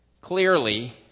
Clearly